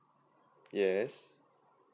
yes